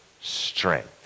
strength